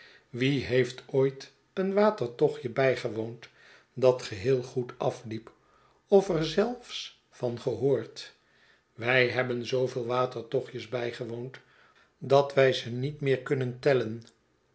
wie heeft ooit een watertochtjebijgewoond dat geheel goed afliep of er zelfs van gehoord wij hebben zooveel watertochtjes bij gewoond dat wij ze niet meer kunnen tellen